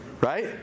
right